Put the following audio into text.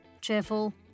cheerful